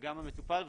וגם המטופל,